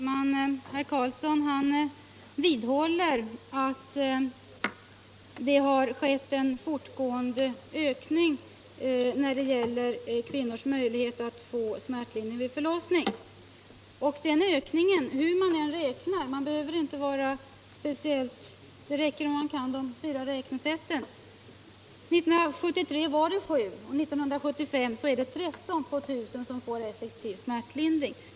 Herr talman! Herr Karlsson i Huskvarna vidhåller att det har skett en fortgående förbättring av kvinnornas möjligheter att få smärtlindring vid förlossning. Hur man än räknar — det räcker om man kan de fyra räknesätten — så finner man att det 1973 var 7 och 1975 13 kvinnor på tusen som fick smärtlindring.